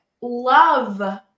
love